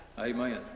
Amen